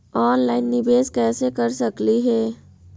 Online निबेस कैसे कर सकली हे?